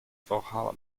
valhalla